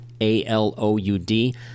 A-L-O-U-D